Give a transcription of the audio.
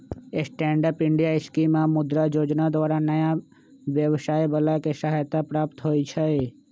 stand up India scheme आऽ मुद्रा जोजना द्वारा नयाँ व्यवसाय बला के सहायता प्राप्त होइ छइ